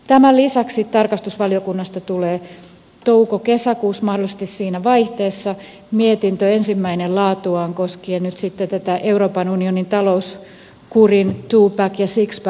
tämän lisäksi tarkastusvaliokunnasta tulee toukokesäkuussa mahdollisesti siinä vaihteessa mietintö ensimmäinen laatuaan koskien nyt sitten tätä euroopan unionin talouskurin twopack ja sixpack maailmaa